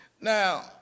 Now